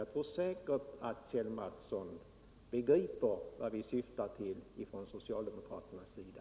Jag tror säkert att Kjell Mattsson begriper vad vi syftar till från socialdemokraternas sida.